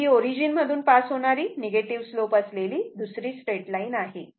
आहे की ओरिजिन मधून पास होणारी निगेटिव्ह स्लोप असलेली दुसरी स्ट्रेट लाईन आहे